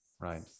Right